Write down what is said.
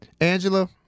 Angela